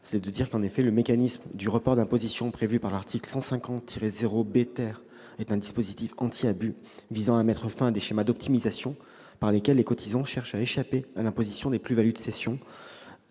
général : en effet, le mécanisme du report d'imposition prévu par l'article 150-0-B du code général des impôts est un dispositif anti-abus visant à mettre fin à des schémas d'optimisation grâce auxquels les cotisants cherchent à échapper à l'imposition des plus-values de cession